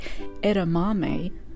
edamame